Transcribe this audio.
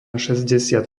šesťdesiat